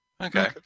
Okay